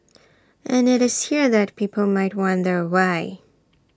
and IT is here that people might wonder why